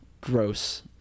gross